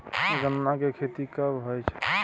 गन्ना की खेती कब होय छै?